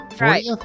right